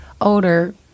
older